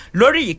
lori